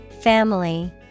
family